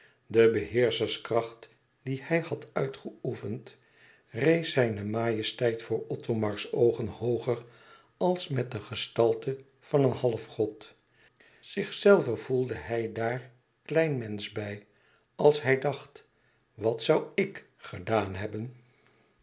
de heerscherskracht die hij had uitgeoefend rees zijne majesteit voor othomars oogen hooger als met de gestalte van een halfgod zichzelven voelde hij daar klein mensch bij als hij dacht wat zoû ik gedaan hebben